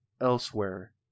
elsewhere